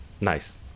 Nice